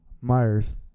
Myers